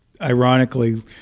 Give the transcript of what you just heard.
ironically